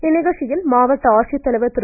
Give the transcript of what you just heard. இந்நிகழ்ச்சியில் மாவட்ட ஆட்சித்தலைவா் திரு